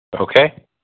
Okay